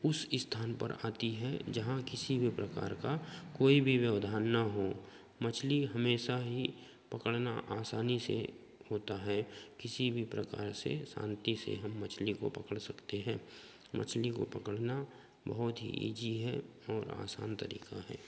उस स्थान पर आती है जहाँ किसी भी प्रकार का कोई भी व्यवधान न हो मछली हमेशा ही पकड़ना आसानी से होता है किसी भी प्रकार से शांति से हम मछली को पकड़ सकते हैं मछली को पकड़ना बहुत ही इजी है और आसान तरीका है